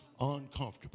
uncomfortable